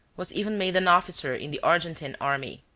was even made an officer in the argentine army.